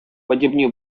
подібні